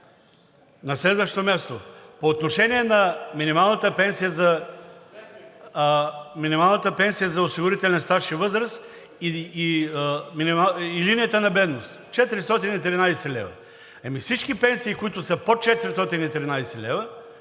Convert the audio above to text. На следващо място. По отношение на минималната пенсия за осигурителен стаж и възраст и линията на бедност – 413 лв. Всички пенсии, които са под 413 лв.,